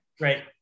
Right